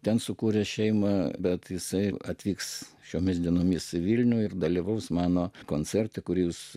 ten sukūrė šeimą bet jisai atvyks šiomis dienomis vilniuje ir dalyvaus mano koncerte kuris